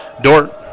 Dort